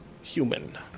human